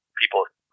people